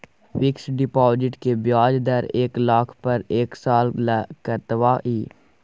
Fixed deposit के ब्याज दर एक लाख पर एक साल ल कतबा इ?